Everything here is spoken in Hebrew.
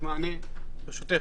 גם אענה תוך זה,